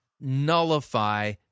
nullify